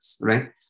right